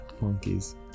monkeys